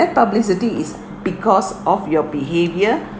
that publicity is because of your behaviour